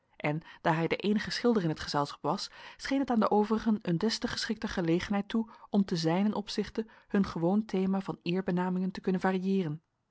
en daar hij de eenige schilder in t gezelschap was scheen het aan de overigen een des te geschikter gelegenheid toe om te zijnen opzichte hun gewoon thema van eerbenamingen te kunnen variëeren